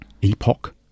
epoch